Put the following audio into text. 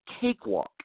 cakewalk